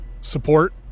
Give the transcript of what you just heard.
support